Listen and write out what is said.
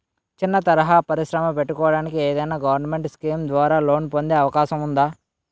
చిన్న తరహా పరిశ్రమ పెట్టుకోటానికి ఏదైనా గవర్నమెంట్ స్కీం ద్వారా లోన్ పొందే అవకాశం ఉందా?